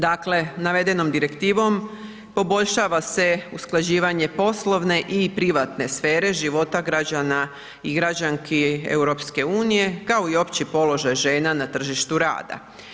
Dakle navedenom direktivom poboljšava se usklađivanje poslovne i privatne sfere života građana i građanki EU-a kao i opći položaj žena na tržištu rada.